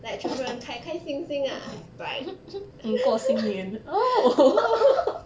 like 全部人开开心心 ah right oh